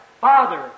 Father